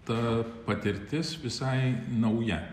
ta patirtis visai nauja